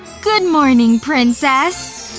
good morning, princess!